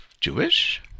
Jewish